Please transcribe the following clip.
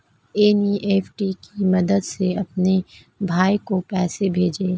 NEFT की मदद से अपने भाई को पैसे भेजें